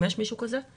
אם יש מישהו כזה?